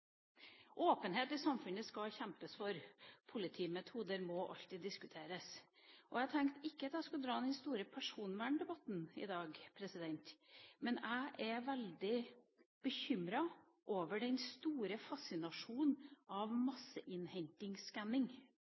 skal kjempes for åpenhet i samfunnet. Politimetoder må alltid diskuteres. Jeg tenkte ikke at jeg skulle dra den store personverndebatten i dag, men jeg er veldig bekymret over den store fascinasjonen av